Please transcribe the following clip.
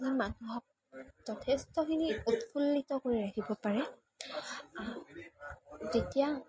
ই মানুহক যথেষ্টখিনি উৎফুল্লিত কৰি ৰাখিব পাৰে যেতিয়া